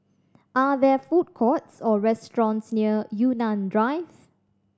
are there food courts or restaurants near Yunnan Drive